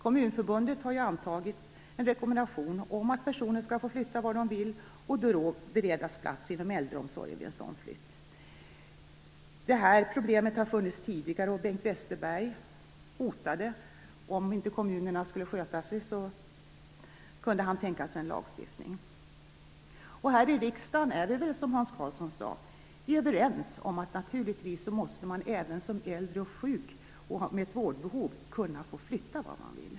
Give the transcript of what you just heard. Kommunförbundet har ju antagit en rekommendation om att personer skall få flytta vart de vill och då beredas plats inom äldreomsorgen. Detta problem har funnits tidigare. Bengt Westerberg hotade med att han kunde tänka sig en lagstiftning, om kommunerna inte skötte sig. Här i riksdagen är vi väl, som Hans Karlsson sade, överens om att man naturligtvis även som äldre och sjuk med ett vårdbehov skall kunna flytta vart man vill.